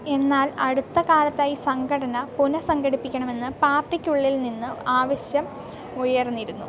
എന്നാൽ അടുത്ത കാലത്തായി സംഘടന പുനസംഘടിപ്പിക്കണമെന്ന് പാർട്ടിക്കുള്ളിൽ നിന്ന് ആവശ്യം ഉയർന്നിരുന്നു